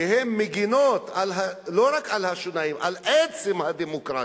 שהן מגינות לא רק השוליים, על עצם הדמוקרטיה,